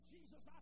Jesus